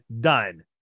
done